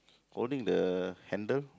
holding the handle